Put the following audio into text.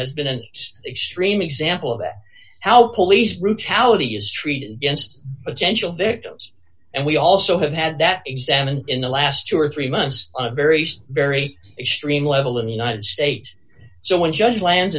has been an extreme example of how police brutality is treated inst potential victims and we also have had that examined in the last two or three months a very very extreme level in the united states so when just lan